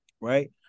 Right